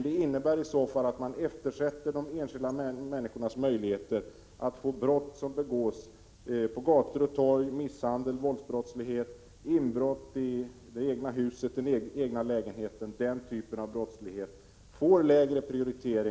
Det innebär i så fall att man eftersätter sådana brott som begås på gator och torg. Misshandel, våldsbrott samt inbrott i hus och lägenheter ges lägre prioritet.